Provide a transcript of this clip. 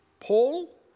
Paul